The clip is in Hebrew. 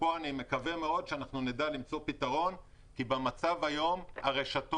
פה אני מקווה מאוד שנדע למצוא פתרון כי במצב היום הרשתות